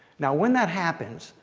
now when that happens,